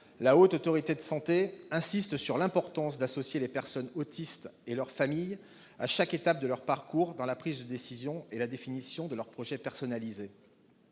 la HAS insiste sur l'importance d'associer les personnes autistes et leurs familles, à chaque étape de leur parcours, à la prise de décision et à la définition de leur projet personnalisé.